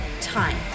time